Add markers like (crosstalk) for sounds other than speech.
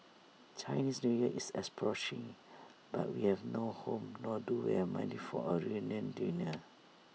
Chinese New Year is approaching but we have no home nor do we have money for A reunion dinner (noise)